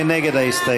מי נגד ההסתייגות?